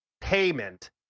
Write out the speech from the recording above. payment